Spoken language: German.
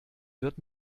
wird